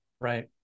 Right